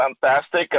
fantastic